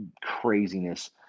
craziness